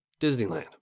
Disneyland